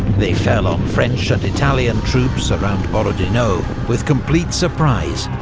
they fell on french and italian troops around borodino with complete surprise,